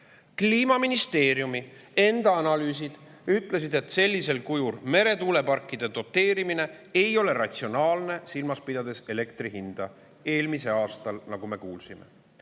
Kliimaministeeriumi enda analüüsid ütlesid, et sellisel kujul meretuuleparkide doteerimine ei ole ratsionaalne, kui silmas pidada elektri hinda eelmisel aastal. Korraga poliitilise